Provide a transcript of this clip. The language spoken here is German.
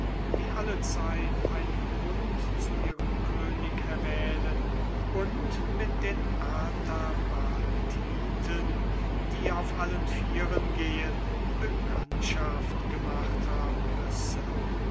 die allezeit einen hund zu ihrem könig erwählen und mit den artabatiten die auf allen vieren gehen bekanntschaft gemacht haben müsse